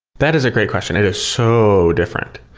that is a great question. it is so different.